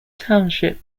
township